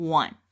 one